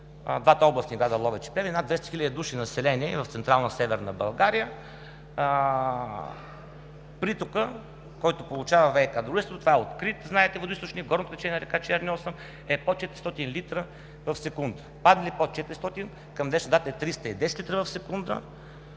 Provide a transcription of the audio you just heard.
двата областни града – Ловеч и Плевен, с над 200 000 души население в Централна Северна България, притокът, който получава ВиК дружеството, това е открит водоизточник, горното течение на река Черни осъм, е под 400 литра в секунда. Падне ли под 400 – към днешна дата е 310 литра в секунда,